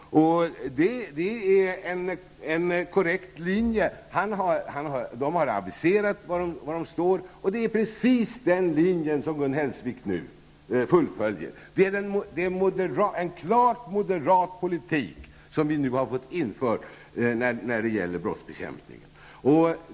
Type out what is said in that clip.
Det är en korrekt linje. Där har aviserats var man står. Och det är precis den linje som Gun Hellsvik nu fullföljer. Det är en klart moderat politik som nu har blivit införd när det gäller brottsbekämpningen.